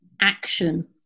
action